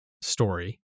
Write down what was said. story